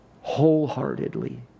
wholeheartedly